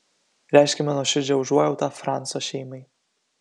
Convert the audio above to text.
reiškiame nuoširdžią užuojautą franco šeimai